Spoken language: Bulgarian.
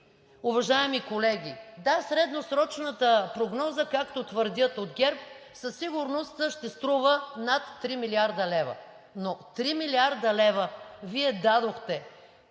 Уважаеми колеги, да, средносрочната прогноза, както твърдят от ГЕРБ, със сигурност ще струва над 3 млрд. лв., но 3 млрд. лв. Вие дадохте